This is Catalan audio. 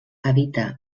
habita